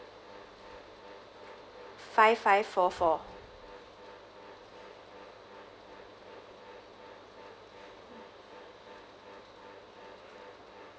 five five four four